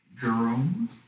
Jerome